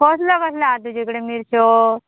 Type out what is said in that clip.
कसलो कसलो आहा तुजे कडे मिरच्यो